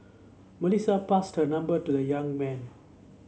Melissa passed her number to the young man